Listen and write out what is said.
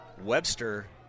Webster